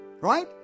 Right